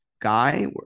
guy